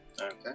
Okay